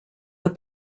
but